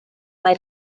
mae